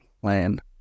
plan